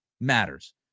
matters